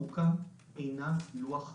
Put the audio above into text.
החוקה אינה לוח מחיק,